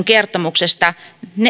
kertomuksesta